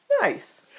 Nice